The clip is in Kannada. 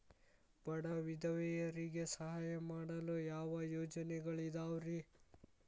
ಬಡ ವಿಧವೆಯರಿಗೆ ಸಹಾಯ ಮಾಡಲು ಯಾವ ಯೋಜನೆಗಳಿದಾವ್ರಿ?